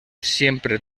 siempre